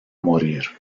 morir